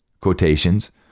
quotations